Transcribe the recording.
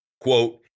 Quote